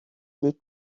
les